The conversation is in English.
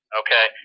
okay